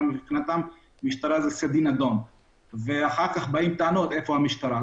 מבחינתם משטרה זה סדין אדום ואחר כך באים בטענות איפה הייתה המשטרה.